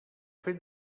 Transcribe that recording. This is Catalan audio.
fet